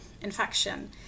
infection